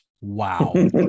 wow